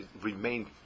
remain